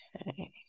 okay